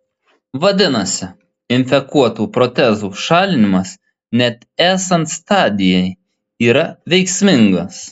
vadinasi infekuotų protezų šalinimas net esant stadijai yra veiksmingas